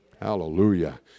Hallelujah